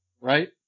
right